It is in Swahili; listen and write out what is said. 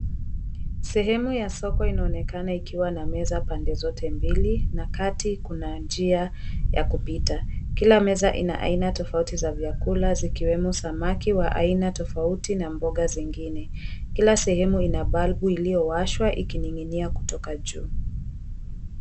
Sehemu ya soko inaonekana ikiwa na meza pande zote mbili na kati kuna njia ya kupita. Kila meza ina aina tofauti za vyakula zikiwemo samaki wa aina tofauti na mboga zingine. Kila sehemu ina bulb iliyowashwa ikining'inia kutoka juu.